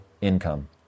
income